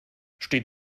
steht